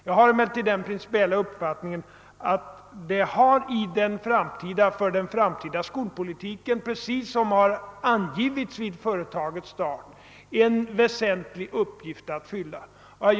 Jag har emellertid den principiella uppfattningen att företaget har, precis som det angivits vid företagets start, en väsentlig uppgift att fylla för den framtida skolpolitiken.